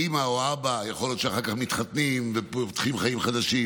האימא או האבא יכול להיות שאחר כך מתחתנים ופותחים חיים חדשים,